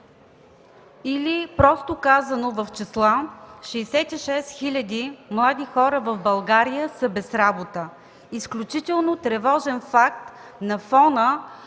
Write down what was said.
Или просто казано, в числа, 66 хил. млади хора в България са без работа, изключително тревожен факт на фона